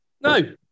No